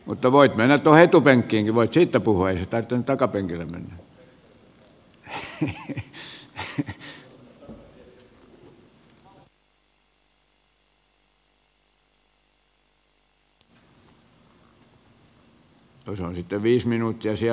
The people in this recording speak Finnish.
mutta voit menettää etupenkkiin vain pääministeri jyrki katainen on ilmoittanut lähdöstään hän tulee siirtymään toisiin tehtäviin